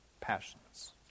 Passions